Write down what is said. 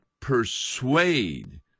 persuade